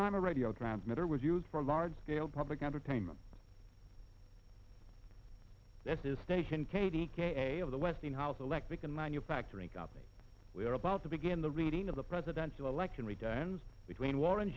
time a radio transmitter was used for large scale public entertainment at his station katie kay of the westinghouse electric and manufacturing company we are about to begin the reading of the presidential election returns between warren